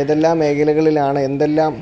ഏതെല്ലാം മേഖലകളിലാണ് എന്തെല്ലാം